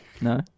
No